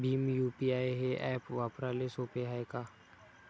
Bhim UPI हे app वापराले सोपे हाय का?